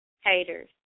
Haters